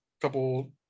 couple